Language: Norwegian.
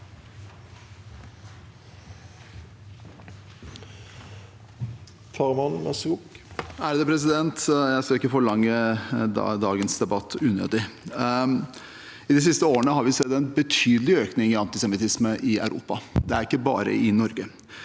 Jeg skal ikke forlenge dagens debatt unødig. De siste årene har vi sett en betydelig økning i antisemittisme i Europa. Det er ikke bare i Norge.